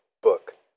book